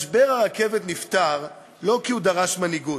משבר הרכבת נפתר לא כי הוא דרש מנהיגות,